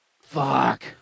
Fuck